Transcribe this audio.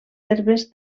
herbes